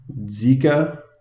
zika